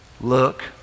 Look